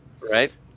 Right